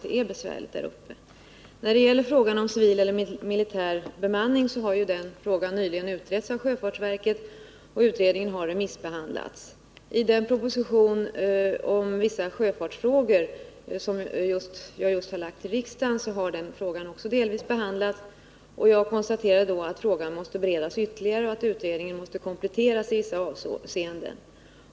Det är alltså besvärligt där uppe. Frågan om civil eller militär bemanning har nyligen utretts av sjöfartsverket. Utredningen har remissbehandlats. I den proposition om vissa sjöfartsfrågor som jag just har förelagt riksdagen har frågan också delvis behandlats. Jag konstaterar där att frågan måste beredas ytterligare och att utredningen måste kompletteras i vissa avseenden.